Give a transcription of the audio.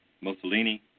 Mussolini